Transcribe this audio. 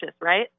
right